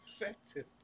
effective